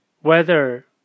Weather